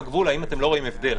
האם אתם לא רואים הבדל?